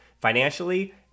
financially